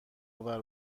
آور